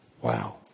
Wow